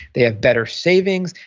they have better savings.